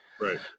Right